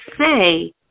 say